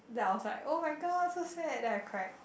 then I was like oh-my-god so sad then I cried